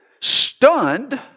stunned